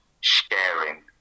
sharing